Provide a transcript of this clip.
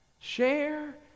Share